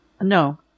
No